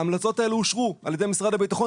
וההמלצות האלה אושרו על ידי משרד הביטחון